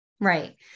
Right